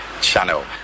channel